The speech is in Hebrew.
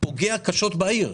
זה פוגע קשות בעיר.